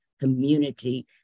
community